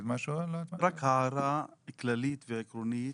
רק הערה כללית ועקרונית.